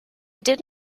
did